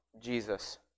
Jesus